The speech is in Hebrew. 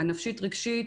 הנפשית רגשית,